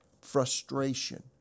frustration